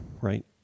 right